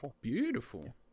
beautiful